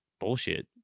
bullshit